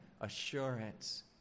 assurance